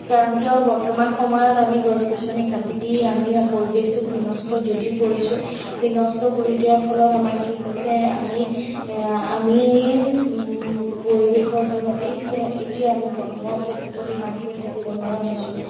কাৰণ কিয় বৰ্তমান সময়ত আমি গছ গছনি কাটি দি আমি পৰিৱেশটো বিনষ্ট যদিও কৰিছোঁ বিনষ্ট কৰি দিয়াৰ ফলত আমাৰ কি হৈছে আমি পৰিৱেশৰ পৰা এতিয়া এতিয়া আমি গৰমৰ প্ৰকোপত ইমানকৈ থাকিব নোৱাৰা হৈছোঁ